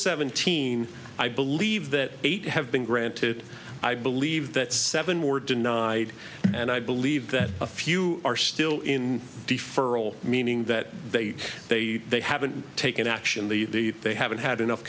seventeen i believe that eight have been granted i believe that seven were denied and i believe that a few are still in deferral meaning that they they they haven't taken action the they haven't had enough